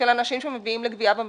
אין שם גבייה מינהלית